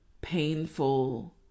painful